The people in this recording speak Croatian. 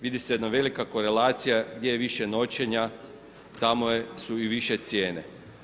Vidi se jedna velika korelacija, gdje je više noćenja, tamo su i više cijene.